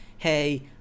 hey